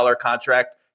contract